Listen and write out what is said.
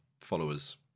followers